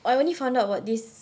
I only found out about this